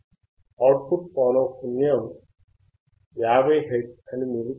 out put పౌనఃపున్యం 50 hertz అని మీరు చూడవచ్చు